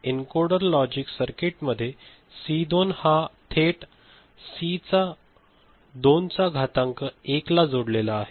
त्यामुळे encoder logic circuit मध्ये C 2 हा थेट 2 चा घातांक 1 ला जोडलेला आहे